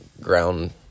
ground